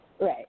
Right